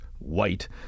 White